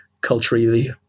culturally